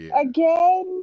again